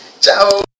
Ciao